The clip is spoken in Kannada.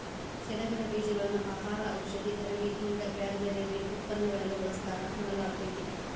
ಸೆಣಬಿನ ಬೇಜಗಳನ್ನ ಆಹಾರ, ಔಷಧಿ, ಅರವಿ ಹಿಂಗ ಬ್ಯಾರ್ಬ್ಯಾರೇ ಉತ್ಪನ್ನಗಳಲ್ಲಿ ಬಳಸ್ತಾರ ಅನ್ನಲಾಗ್ತೇತಿ